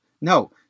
No